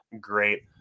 great